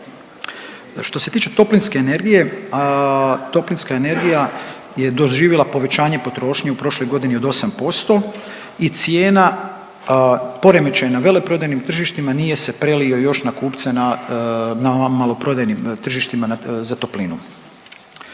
Što se tiče toplinske energije, toplinska energija je doživjela povećanje potrošnje u prošloj godini od 8% i cijena poremećaja na veleprodajnim tržištima nije se prelio još na kupce na maloprodajnim tržištima za toplinu.